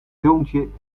zoontje